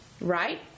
Right